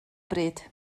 bryd